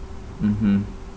mmhmm